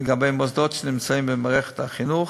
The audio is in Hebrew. לגבי מוסדות שנמצאים במערכת החינוך,